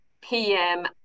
PM